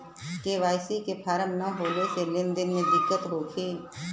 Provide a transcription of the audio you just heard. KYC के form न होले से लेन देन में दिक्कत होखी?